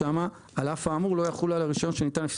על אף האמור לא יחול על הרישיון שניתן לפי